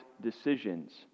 decisions